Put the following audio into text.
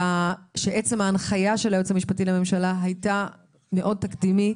שעצם ההנחיה של היועץ המשפטי לממשלה הייתה מאוד תקדימית.